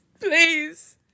Please